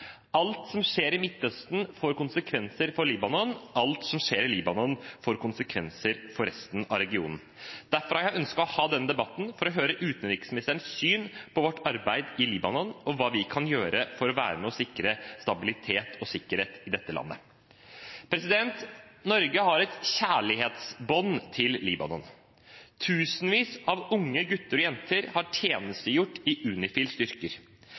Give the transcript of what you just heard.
Alt som skjer i Midtøsten, får konsekvenser for Libanon, alt som skjer i Libanon, får konsekvenser for resten av regionen. Derfor har jeg ønsket å ha denne debatten – for å høre utenriksministerens syn på vårt arbeid i Libanon og hva vi kan gjøre for å være med og sikre stabilitet og sikkerhet i dette landet. Norge har et kjærlighetsbånd til Libanon. Tusenvis av unge gutter og jenter har tjenestegjort i UNIFILs styrker.